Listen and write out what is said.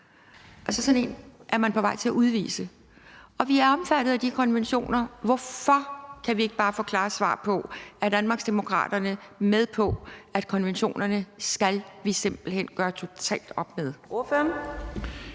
mens han råbte Allahu Akbar, og vi er omfattet af de konventioner. Hvorfor kan vi ikke bare få klare svar på, om Danmarksdemokraterne er med på, at konventionerne skal vi simpelt hen gøre totalt op med?